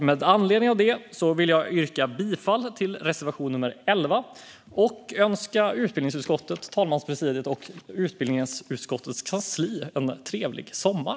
Med anledning av detta vill jag yrka bifall till reservation nummer 11 och önska utbildningsutskottet, talmanspresidiet och utbildningsutskottets kansli en trevlig sommar.